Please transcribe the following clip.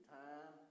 time